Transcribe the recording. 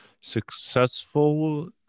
successful